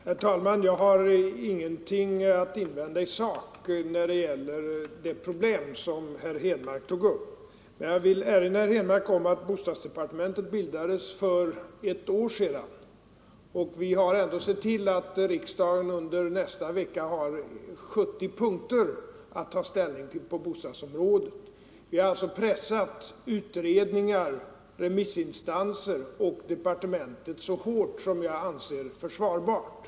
Herr talman! Jag har ingenting att invända i sak när det gäller det problem som herr Henmark tog upp. Men jag vill erinra herr Henmark om att bostadsdepartementet bildades för ett år sedan och vi har ändå sett till att riksdagen under nästa vecka har 70 punkter att ta ställning till på bostadsområdet. Vi har alltså pressat utredningar, remissinstanser och departementet så hårt som jag anser försvarbart.